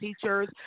teachers